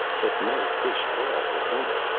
but no fish at all was in it,